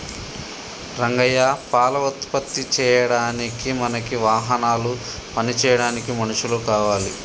రంగయ్య పాల ఉత్పత్తి చేయడానికి మనకి వాహనాలు పని చేయడానికి మనుషులు కావాలి